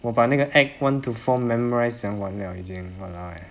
我把那个 act one to four memorise 这么样玩 liao 已经 !walao! eh